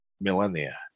millennia